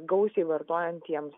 gausiai vartojantiems